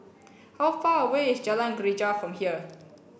how far away is Jalan Greja from here